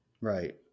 right